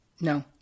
No